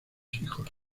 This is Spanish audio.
hijos